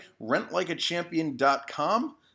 rentlikeachampion.com